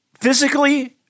physically